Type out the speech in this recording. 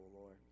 Lord